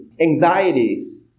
anxieties